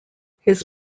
his